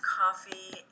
coffee